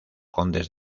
condes